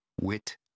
wit